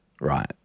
right